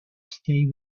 stay